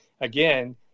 Again